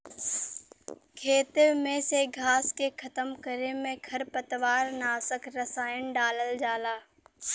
खेते में से घास के खतम करे में खरपतवार नाशक रसायन डालल जाला